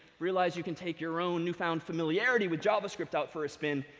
realize you can take your own new found familiarity with javascript out for a spin,